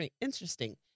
interesting